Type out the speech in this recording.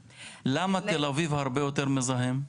למה בתל אביב הרבה יותר מזהם?